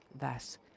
Thus